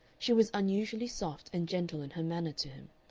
she was unusually soft and gentle in her manner to him.